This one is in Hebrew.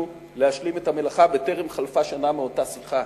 להשלים את המלאכה בטרם חלפה שנה מאותה שיחה.